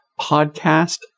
podcast